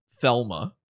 Thelma